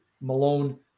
Malone